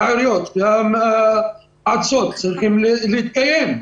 והעיריות והמועצות צריכות להתקיים.